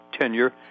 tenure—